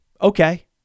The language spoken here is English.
Okay